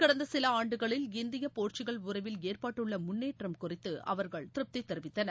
கடந்த சில ஆண்டுகளில் இந்திய போர்ச்சுகல் உறவில் ஏற்பட்டுள்ள முன்னேற்றம் குறித்து அவர்கள் திருப்தி தெரிவித்தனர்